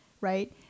right